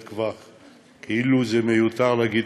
כאילו זה מיותר להגיד,